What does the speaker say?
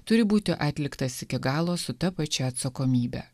turi būti atliktas iki galo su ta pačia atsakomybe